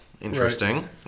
Interesting